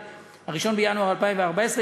1 בינואר 2014,